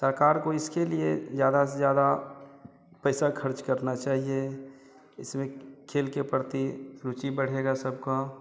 सरकार को इसके लिए ज़्यादा से ज़्यादा पैसा ख़र्च करना चाहिए इसमें खेल के प्रति रुचि बढ़ेगी सबकी